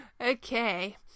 okay